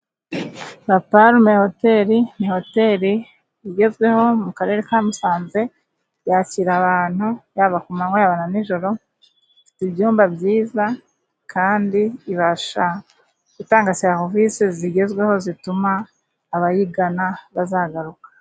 Raparume Hoteli ni Hoteli igezweho mu Karere ka Musanze, yakira abantu, yaba ku manywa, yaba na nijoro, ifite ibyumba byiza, kandi ibasha gutanga serivisi zigezweho, zituma abayigana bazagaruka.